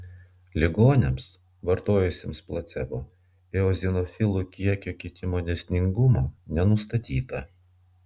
ligoniams vartojusiems placebo eozinofilų kiekio kitimo dėsningumo nenustatyta